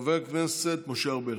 חבר הכנסת משה ארבל.